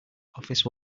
office